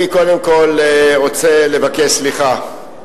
אני קודם כול רוצה לבקש סליחה.